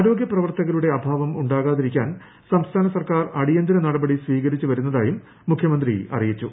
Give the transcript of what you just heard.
ആരോഗൃ പ്രവർത്തകരുടെ അഭാവം ഉണ്ടാകാതിരിക്കാൻ സംസ്ഥാന സർക്കാർ അടിയന്തിര നടപടി സ്വീകരിച്ചുവരുന്നതായും മുഖ്യമന്ത്രി അറിയിച്ചു